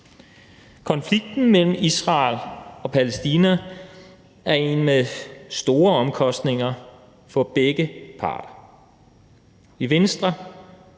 Konflikten mellem Israel og Palæstina er en med store omkostninger for begge parter. I Venstre